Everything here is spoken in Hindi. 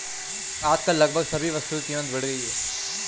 आजकल लगभग सभी वस्तुओं की कीमत बढ़ गई है